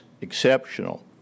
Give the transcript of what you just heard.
exceptional